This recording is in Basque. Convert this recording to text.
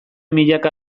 milaka